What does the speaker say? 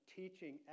teaching